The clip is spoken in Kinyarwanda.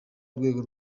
urwego